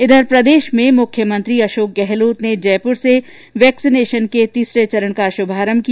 इधर प्रदेश में मुख्यमंत्री अशोक गहलोत ने जयपुर से वैक्सीनेशन के तीसरे चरण का शुभारंभ किया